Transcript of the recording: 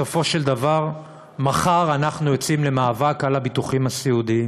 בסופו של דבר מחר אנחנו יוצאים למאבק על הביטוחים הסיעודיים,